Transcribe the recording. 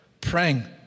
Praying